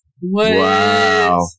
Wow